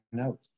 out